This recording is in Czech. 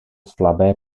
slabé